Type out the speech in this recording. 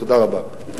תודה רבה.